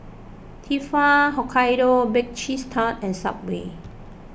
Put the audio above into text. Tefal Hokkaido Baked Cheese Tart and Subway